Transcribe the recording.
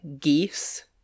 geese